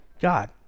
God